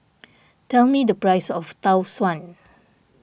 tell me the price of Tau Suan